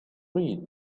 read